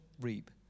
reap